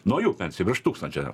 nuo jų pensijų virš tūkstančio